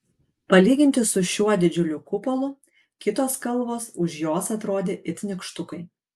palyginti su šiuo didžiuliu kupolu kitos kalvos už jos atrodė it nykštukai